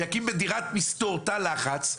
ויקים בדירת מסתור תא לחץ.